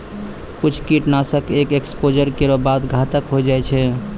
कुछ कीट नाशक एक एक्सपोज़र केरो बाद घातक होय जाय छै